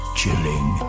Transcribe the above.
chilling